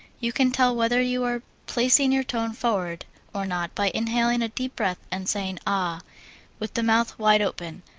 you can tell whether you are placing your tone forward or not by inhaling a deep breath and singing ah with the mouth wide open,